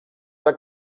que